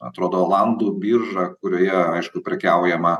atrodo olandų birža kurioje aišku prekiaujama